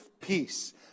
peace